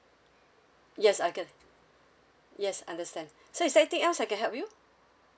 yes I can yes understand so is there anything else I can help you